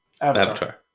Avatar